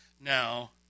now